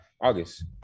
August